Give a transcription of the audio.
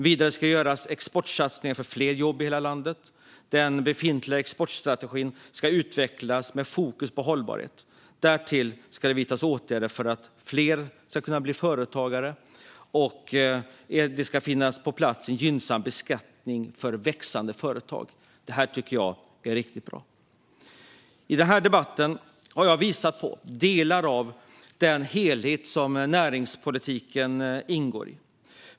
Vidare ska det göras exportsatsningar för fler jobb i hela landet. Den befintliga exportstrategin ska utvecklas med fokus på hållbarhet. Därtill ska det vidtas åtgärder för att fler ska kunna bli företagare, och det ska finnas på plats en gynnsam beskattning för växande företag. Det här tycker jag är riktigt bra. I den här debatten har jag visat på delar av den helhet som näringspolitiken ingår i.